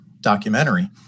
documentary